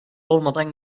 olmadan